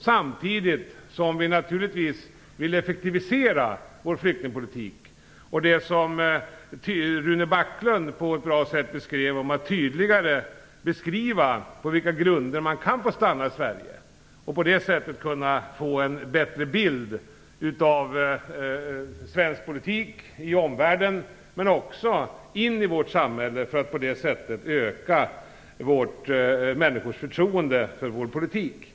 Samtidigt vill vi naturligtvis effektivisera vår flyktingpolitik. Rune Backlund beskrev på ett bra sätt hur man tydligare skall kunna ange på vilka grunder flyktingar kan få stanna i Sverige. På det sättet kan man ge en bättre bild av svensk politik i omvärlden men också i vårt eget samhälle. Härigenom kan människors förtroende för vår politik öka.